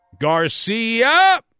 Garcia